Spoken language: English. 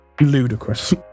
ludicrous